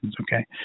okay